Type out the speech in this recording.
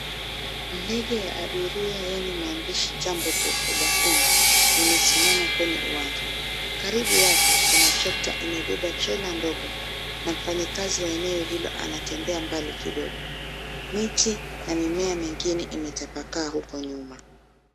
Ndege ya abiria yenye maandishi jambo jet ubavuni imesimama kwenye uwanja, karibu yake kuna tractor imebeba trailer ndogo na mfanyikazi wa eneo hilo anatembea mbali kidogo. Miti na mimea mingine imetapakaa huko nyuma.